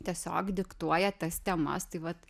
tiesiog diktuoja tas temas tai vat